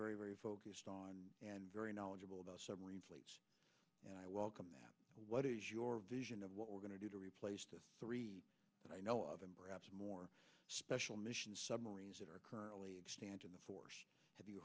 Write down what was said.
very very focused on and very knowledgeable about submarine fleet and i welcome that what is your vision of what we're going to do to replace the three that i know of and perhaps more special missions submarines that are currently in the force have you